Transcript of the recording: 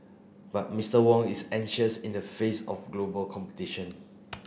but Mister Wong is anxious in the face of global competition